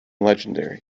legendary